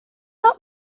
not